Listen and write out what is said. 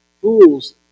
Fools